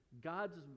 god's